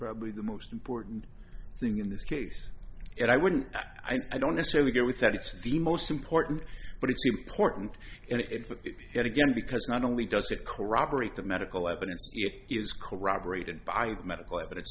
probably the most important thing in this case and i wouldn't i don't necessarily go with that it's the most important but it's important and it but yet again because not only does it corroborate the medical evidence is corroborated by the medical evidence